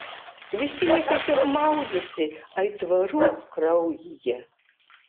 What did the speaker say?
visi jie tiesiog maudėsi aitvarų kraujyje